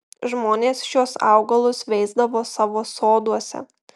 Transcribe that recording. žmonės šiuos augalus veisdavo savo soduose